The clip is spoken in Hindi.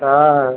हाँ